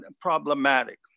problematic